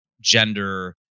gender